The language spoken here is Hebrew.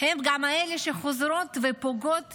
הן גם אלה שחוזרות ופוגעות